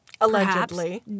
Allegedly